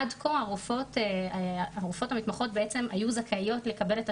עד כה הרופאות המתמחות בעצם היו זכאיות לקבל את